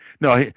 No